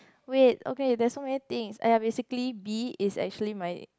wait okay there's so many thing !aiya! basically B is actually my